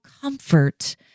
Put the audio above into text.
comfort